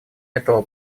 этого